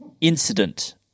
incident